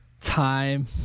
time